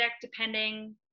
depending